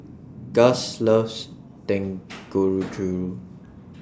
Gus loves Dangojiru